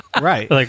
Right